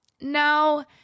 Now